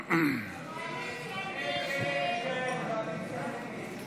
ההסתייגויות לסעיף 12